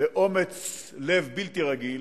באומץ לב בלתי רגיל